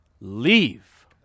leave